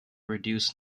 reduce